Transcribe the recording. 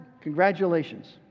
congratulations